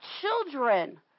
children